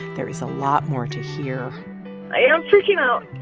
there is a lot more to hear i am freaking out.